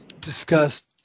discussed